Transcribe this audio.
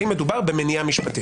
האם מדובר במניעה משפטית?